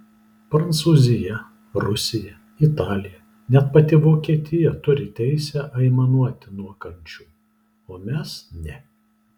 prancūzija rusija italija net pati vokietija turi teisę aimanuoti nuo kančių o mes ne